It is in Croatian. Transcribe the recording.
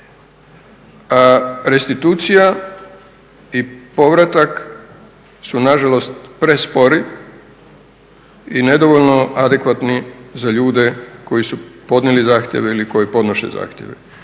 restitucija i povratak su nažalost prespori i nedovoljno adekvatni za ljude koji su podnijeli zahtjeve ili koji podnose zahtjeve.